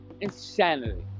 Insanity